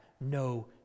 no